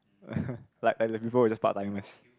like like the people who just part timers